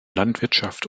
landwirtschaft